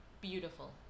beautiful